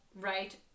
Right